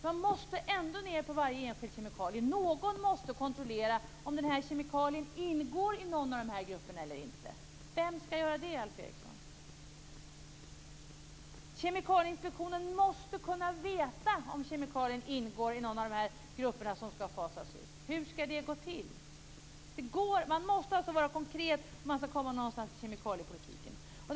Man måste ju ändå tränga ned till varje enskild kemikalie. Någon måste kontrollera om en viss kemikalie ingår i någon av de här grupperna eller inte. Vem skall göra det, Alf Eriksson? Kemikalieinspektionen måste kunna veta om en viss kemikalie ingår i någon av de grupper som skall fasas ut. Hur skall det gå till? Man måste vara konkret för att komma någon vart i kemikaliepolitiken.